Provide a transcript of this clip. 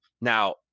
Now